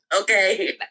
okay